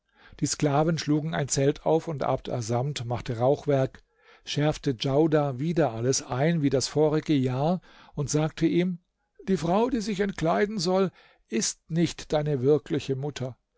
die sklaven schlugen ein zelt auf und abd assamd machte rauchwerk schärfte djaudar wieder alles ein wie das vorige jahr und sagte ihm die frau die sich entkleiden soll ist nicht deine wirkliche mutter